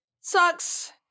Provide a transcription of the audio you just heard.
Sucks